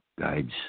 guides